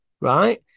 right